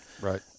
Right